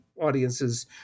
audiences